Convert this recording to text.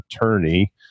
attorney